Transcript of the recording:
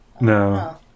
No